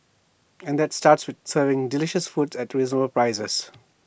and that starts with serving delicious food at reasonable prices